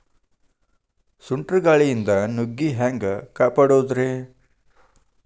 ಸುಂಟರ್ ಗಾಳಿಯಿಂದ ನುಗ್ಗಿ ಹ್ಯಾಂಗ ಕಾಪಡೊದ್ರೇ?